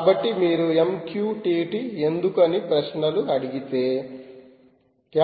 కాబట్టి మీరు MQTT ఎందుకు అని ప్రశ్నలు అడిగితే